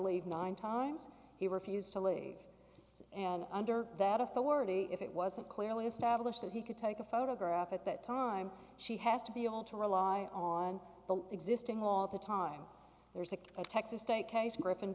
leave nine times he refused to leave and under that authority if it wasn't clearly established that he could take a photograph at that time she has to be able to rely on the existing law at the time they're sick of texas state case griffin